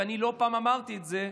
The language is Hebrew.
ואני לא פעם אמרתי את זה,